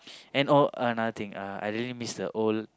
and all another thing uh I really miss the old